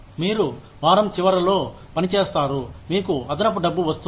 మీరు వారం చివరలో పనిచేస్తారు మీకు అదనపు డబ్బు వస్తుంది